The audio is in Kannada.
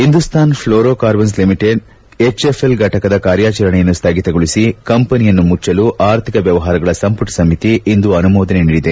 Hindustan fluorocarbons limited HFL ಫಟಕದ ಕಾರ್ಯಾಚರಣೆಯನ್ನು ಸ್ವಗಿತಗೊಳಿಸಿ ಕಂಪನಿಯನ್ನು ಮುಚ್ಚಲು ಆರ್ಥಿಕ ವ್ಲವಹಾರಗಳ ಸಂಪುಟ ಸಮಿತಿ ಇಂದು ಅನುಮೋದನೆ ನೀಡಿದೆ